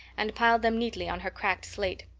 and piled them neatly on her cracked slate.